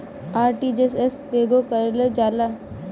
RTGS केगा करलऽ जाला?